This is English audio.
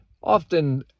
Often